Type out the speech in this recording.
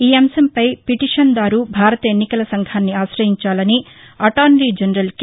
ఈ అంశంపై పిటిష్దారు భారత ఎన్నికల సంఘాన్ని అరయించాలని అటార్నీ జనరల్ కె